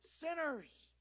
sinners